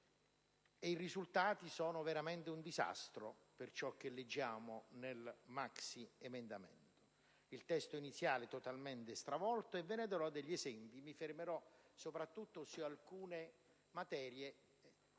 i risultati sono veramente un disastro per ciò che leggiamo nel maxiemendamento. Il testo iniziale è totalmente stravolto, e ve ne darò degli esempi, soffermandomi soprattutto su alcune materie